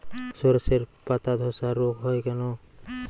শর্ষের পাতাধসা রোগ হয় কেন?